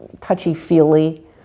touchy-feely